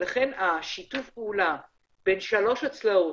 לכן שיתוף הפעולה בין שלוש הצלעות,